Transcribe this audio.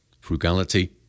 frugality